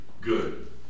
good